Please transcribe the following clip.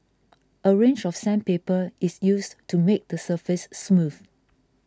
a range of sandpaper is used to make the surface smooth